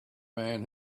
man